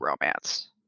romance